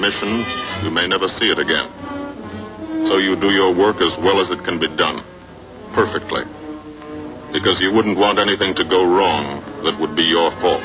mission you may never see it again so you do your work as well as it can be done perfectly because you wouldn't want anything to go wrong that would be